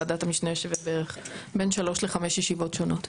ועדת המשנה יושבת בין שלוש לחמש ישיבות שונות.